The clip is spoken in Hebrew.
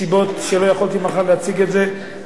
מהסיבה שאיני יכול להציג את זה מחר.